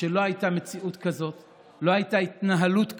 שלא הייתה מציאות כזאת, לא הייתה התנהלות כזאת.